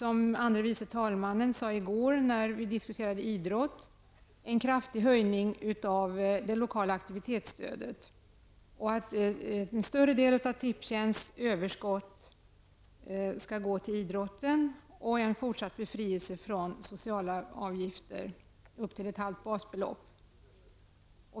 Som andre vice talmannen sade i går när vi diskuterade idrott har vi i folkpartiet också föreslagit en kraftig höjning av det lokala aktivitetsstödet och att en större andel av Tipstjänsts överskott skall gå till idrotten. Dessutom förordar vi en fortsatt befrielse från sociala avgifter, upp till ett halvt basbelopp.